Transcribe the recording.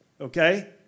okay